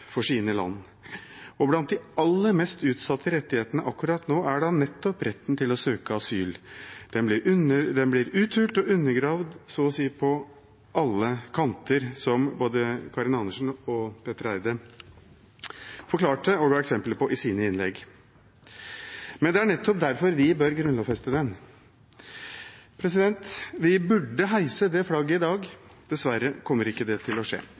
for sine land. Blant de aller mest utsatte rettighetene akkurat nå er retten til å søke asyl. Den blir uthult og undergravd på så å si alle kanter, noe både representanten Karin Andersen og representanten Petter Eide forklarte og ga eksempler på i sine innlegg. Det er nettopp derfor vi bør grunnlovfeste den. Vi burde heise det flagget i dag. Dessverre kommer ikke det til å skje.